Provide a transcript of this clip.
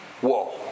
Whoa